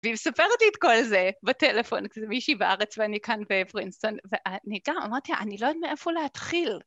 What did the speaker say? והיא מספרת לי את כל זה בטלפון כזה, מישהי בארץ ואני כאן בפרינסטון, ואני גם אמרתי, אני לא יודעת מאיפה להתחיל.